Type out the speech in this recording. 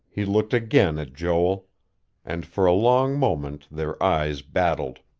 he looked again at joel and for a long moment their eyes battled.